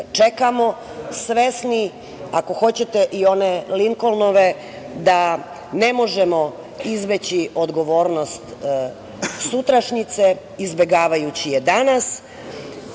čekamo svesni, ako hoćete i one Linkolnove da ne možemo izbeći odgovornost sutrašnjice izbegavajući je